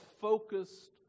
focused